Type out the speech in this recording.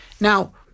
Now